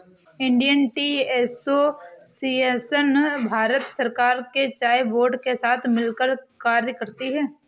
Indian tea association Bharat सरकार के चाय बोर्ड के साथ मिलकर कार्य करती है